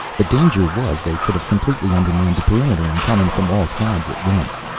the danger was they could have completely undermined the perimeter and come in from all sides at once.